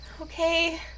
Okay